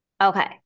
okay